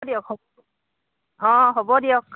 আপুনি ৰখক অঁ হ'ব দিয়ক